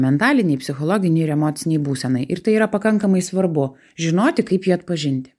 mentalinei psichologinei ir emocinei būsenai ir tai yra pakankamai svarbu žinoti kaip jį atpažint